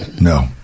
No